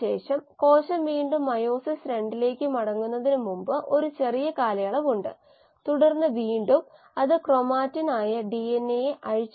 YxSamountofcellsproducedamountofsubstrateconsumed അതുപോലെ നമുക്ക് substrate ആയി ബന്ധപ്പെട്ട് ഉൽപ്പന്നത്തിന്റെ യിൽഡ് നിർവചിക്കാൻ കഴിയും ഇത് ഉൽപ്പന്നത്തിന്റെ അളവ് ഹരിക്കണം ഉപഭോഗം ചെയ്യുന്ന സബ്സ്ട്രേറ്റ് ആണ്